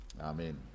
Amen